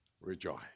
rejoice